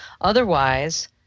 Otherwise